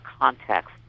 context